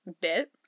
bit